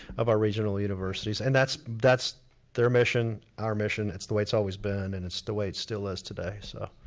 of our regional universities, and that's that's their mission, our mission, it's the way it's always been and it's the way it still is today so.